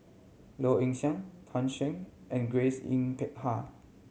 Low Ing Sing Tan Shen and Grace Yin Peck Ha